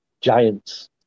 giants